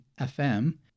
FM